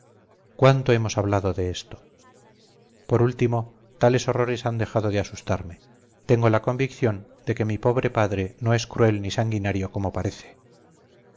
cuánto hemos hablado de esto por último tales horrores han dejado de asustarme tengo la convicción de que mi pobre padre no es cruel ni sanguinario como parece